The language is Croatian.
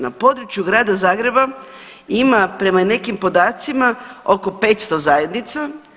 Na području grada Zagreba ima prema nekim podacima oko 500 zajednica.